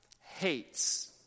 hates